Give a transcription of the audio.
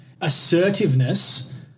Assertiveness